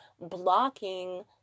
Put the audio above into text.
blocking